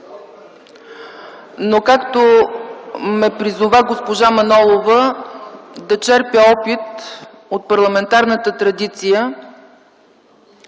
Както ме призова госпожа Манолова да черпя опит от парламентарната традиция,